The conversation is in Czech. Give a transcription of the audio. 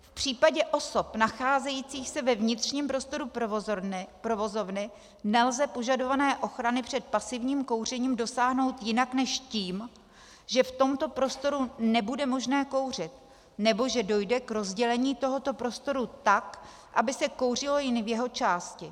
V případě osob nacházejících se ve vnitřním prostoru provozovny nelze požadované ochrany před pasivním kouřením dosáhnout jinak než tím, že v tomto prostoru nebude možné kouřit nebo že dojde k rozdělení tohoto prostoru tak, aby se kouřilo jen v jeho části.